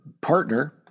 partner